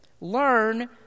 Learn